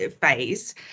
phase